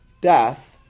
death